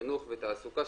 חינוך ותעסוקה,